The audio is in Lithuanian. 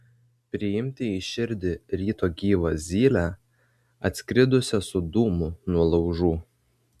priimti į širdį ryto gyvą zylę atskridusią su dūmu nuo laužų